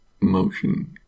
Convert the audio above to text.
motion